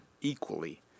equally